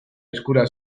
eskura